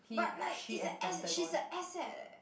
but like is a ass~ she's a asset leh